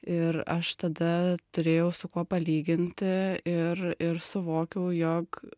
ir aš tada turėjau su kuo palyginti ir ir suvokiau jog